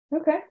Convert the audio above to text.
Okay